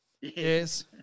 Yes